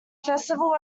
festival